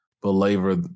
belabor